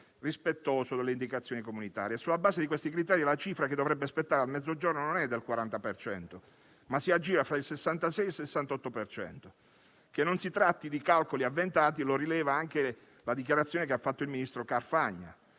rispettoso delle indicazioni comunitarie. Sulla base di questi criteri, la cifra che dovrebbe spettare al Mezzogiorno non è del 40 per cento, ma si aggira tra il 66 e il 68 per cento. Che non si tratti di calcoli avventati lo rileva anche la dichiarazione che ha fatto il ministro Carfagna.